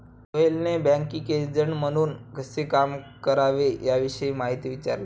सोहेलने banking agent म्हणून कसे काम करावे याविषयी माहिती विचारली